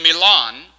Milan